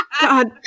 God